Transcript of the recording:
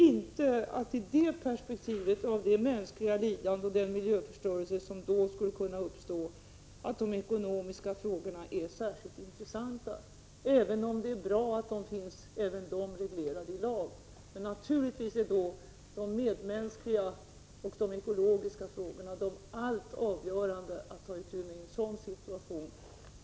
I perspektivet av det mänskliga lidande och den miljöförstörelse som då skulle kunna uppstå tycker jag inte att de ekonomiska frågorna är särskilt intressanta — även om det är bra att även de finns reglerade i lag. Naturligtvis är de medmänskliga och de ekologiska problemen de allt överskuggande att ta itu med i en sådan situation.